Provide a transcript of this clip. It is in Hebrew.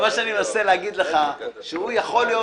מה שאני מנסה להגיד לך הוא שיכול להיות